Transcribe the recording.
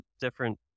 different